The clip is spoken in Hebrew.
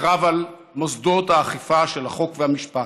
הקרב על מוסדות האכיפה של החוק והמשפט,